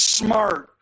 ，smart 、